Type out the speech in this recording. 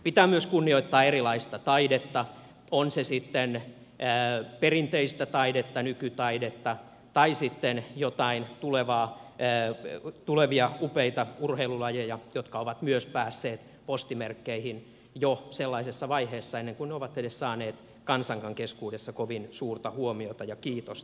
pitää myös kunnioittaa erilaista taidetta on se sitten perinteistä taidetta nykytaidetta tai sitten joitain tulevia upeita urheilulajeja jotka ovat myös päässeet postimerkkeihin jo sellaisessa vaiheessa ennen kuin ne ovat edes saaneet kansankaan keskuudessa kovin suurta huomiota ja kiitosta